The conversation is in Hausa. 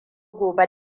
gobe